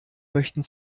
möchten